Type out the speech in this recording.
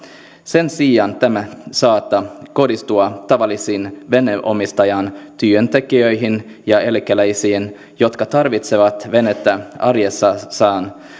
sen sijaan tämä saattaa kohdistua tavallisiin veneenomistajiin työntekijöihin ja eläkeläisiin jotka tarvitsevat venettä arjessaan